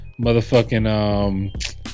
motherfucking